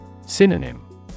Synonym